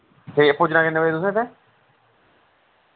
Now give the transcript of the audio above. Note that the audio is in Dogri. ठीक ऐ पुज्जना किन्ने बजे तुसें इत्थै